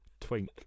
Twink